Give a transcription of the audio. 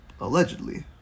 Allegedly